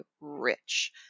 rich